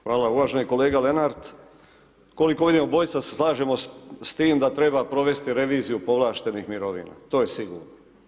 Hvala, uvaženi kolega Lenart koliko vidim obojica se slažemo s tim da treba provesti reviziju povlaštenih mirovina, to je sigurno.